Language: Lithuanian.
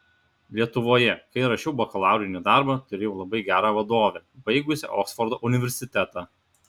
lietuvoje kai rašiau bakalaurinį darbą turėjau labai gerą vadovę baigusią oksfordo universitetą